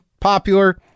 Popular